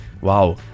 Wow